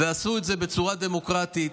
ועשו את זה בצורה דמוקרטית.